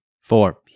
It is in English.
four